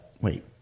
wait